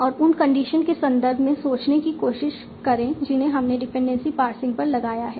और उन कंडीशन के संदर्भ में सोचने की कोशिश करें जिन्हें हमने डिपेंडेंसी पार्सिंग पर लगाया है